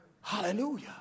Hallelujah